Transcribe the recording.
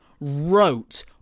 wrote